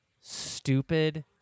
stupid